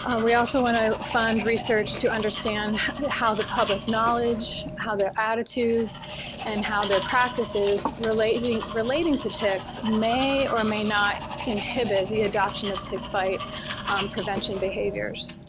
um we also want to fund research to understand how the public knowledge, how their attitudes and how their practices relating relating to ticks may or may not inhibit the adoption of tick bite prevention behaviors.